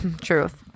Truth